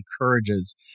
encourages